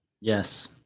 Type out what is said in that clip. Yes